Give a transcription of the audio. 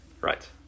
Right